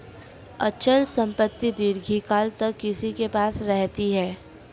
अचल संपत्ति दीर्घकाल तक किसी के पास रहती है